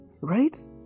right